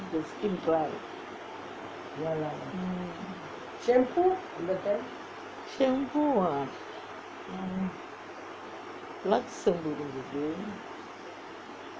the skin dry shampoo ah mm Lux வந்து இருக்கு:vanthu irukku